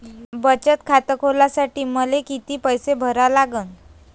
बचत खात खोलासाठी मले किती पैसे भरा लागन?